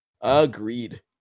agreed